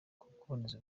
kuboneza